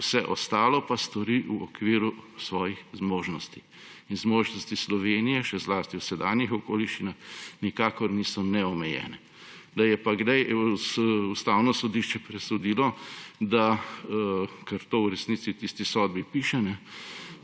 vse ostalo pa stori v okviru svojih zmožnosti. Zmožnosti Slovenije, še zlasti v sedanjih okoliščinah, nikakor niso neomejene. Da je pa kdaj Ustavno sodišče presodilo, kar to v resnici v tisti sodbi piše,